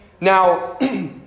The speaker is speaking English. Now